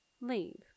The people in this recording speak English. leave